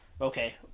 Okay